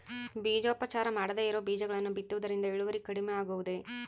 ಬೇಜೋಪಚಾರ ಮಾಡದೇ ಇರೋ ಬೇಜಗಳನ್ನು ಬಿತ್ತುವುದರಿಂದ ಇಳುವರಿ ಕಡಿಮೆ ಆಗುವುದೇ?